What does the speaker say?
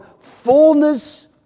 fullness